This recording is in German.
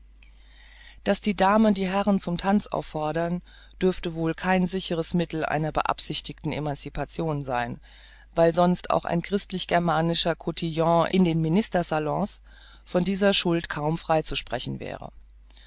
daß die damen die herren zum tanz auffordern dürfte wohl kein sicheres mittel einer beabsichtigten emancipation sein weil sonst auch ein christlich germanischer cotillon in den minister salons von dieser schuld kaum freizusprechen wäre